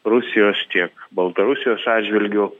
rusijos tiek baltarusijos atžvilgiu